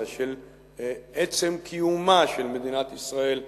של עצם קיומה של מדינת ישראל בארץ-ישראל,